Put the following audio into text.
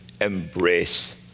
embrace